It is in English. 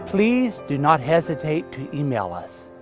please do not hesitate to email us.